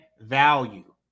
value